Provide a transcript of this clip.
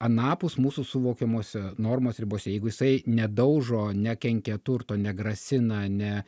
anapus mūsų suvokiamose normos ribose jeigu jisai nedaužo nekenkia turto negrasina ne